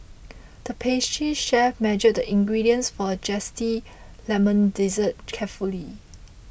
the pastry chef measured the ingredients for a Lemon Dessert carefully